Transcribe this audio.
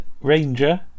ranger